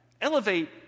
elevate